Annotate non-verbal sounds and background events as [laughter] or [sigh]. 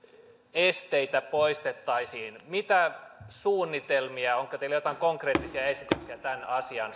esteitä poistettaisiin mitä suunnitelmia on onko teillä joitain konkreettisia esityksiä tämän asian [unintelligible]